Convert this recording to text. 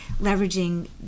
leveraging